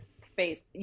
space